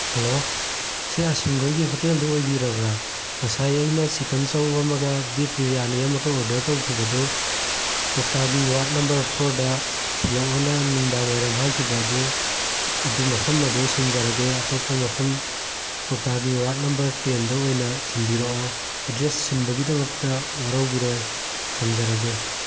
hello ꯁꯤ ꯑꯁꯤꯝ ꯒꯣꯏꯒꯤ ꯍꯣꯇꯦꯜꯗꯨ ꯑꯣꯏꯕꯤꯔꯕ꯭ꯔ ꯉꯁꯥꯏ ꯑꯩꯅ ꯆꯤꯛꯀꯟ ꯆꯧ ꯑꯃꯒ ꯕꯤꯐ ꯕꯤꯔꯌꯥꯅꯤ ꯑꯃꯒ ꯑꯣꯔꯗꯔ ꯇꯧꯈꯤꯕꯗꯨ ꯀꯣꯛꯇꯥꯒꯤ ꯋꯥꯔꯠ ꯅꯝꯕꯔ ꯐꯣꯔꯗ ꯊꯤꯜꯂꯛꯑꯣꯅ ꯅꯨꯡꯗꯥꯡꯋꯥꯏꯔꯝ ꯍꯥꯏꯈꯤꯕ ꯑꯗꯨ ꯑꯗꯨ ꯃꯐꯝ ꯑꯗꯨ ꯁꯤꯟꯖꯔꯒꯦ ꯑꯇꯣꯞꯄ ꯃꯐꯝ ꯀꯣꯛꯇꯥꯒꯤ ꯋꯥꯔꯠ ꯅꯝꯕꯔ ꯇꯦꯟꯗ ꯑꯣꯏꯅ ꯊꯤꯟꯕꯤꯔꯛꯑꯣ ꯑꯦꯗ꯭ꯔꯦꯁ ꯁꯤꯟꯕꯒꯤꯗꯃꯛꯇ ꯋꯥꯔꯧꯕꯤꯔꯣꯏ ꯊꯝꯖꯔꯒꯦ